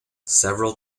several